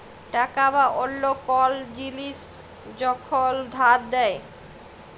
টাকা বা অল্য কল জিলিস যখল ধার দেয়